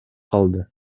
калды